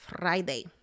Friday